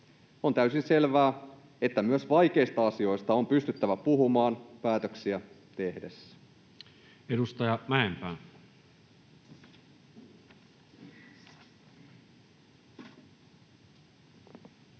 On täysin selvää, että myös vaikeista asioista on pystyttävä puhumaan päätöksiä tehdessä. [Speech 167]